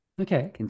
Okay